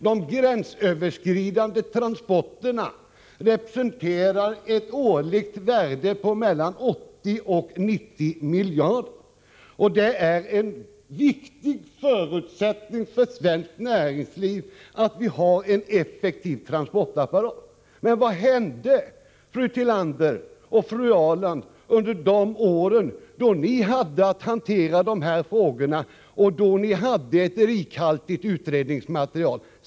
De gränsöverskridande transporterna representerar ett årligt värde på mellan 80 och 90 miljarder. Det är en viktig förutsättning för svenskt näringsliv att vi har en effektiv transportapparat. Men vad hände, fru Tillander och fru Ahrland, under de år då ni hade att hantera dessa frågor och hade ett rikhaltigt utredningsmaterial?